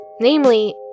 Namely